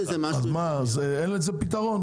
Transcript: אין לזה פתרון?